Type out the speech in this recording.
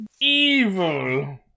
evil